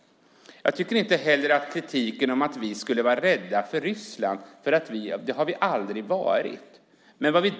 Kritiken att vi skulle vara rädda för Ryssland är inte riktig. Det har vi aldrig varit.